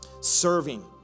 serving